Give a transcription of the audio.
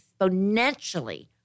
exponentially